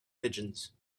pigeons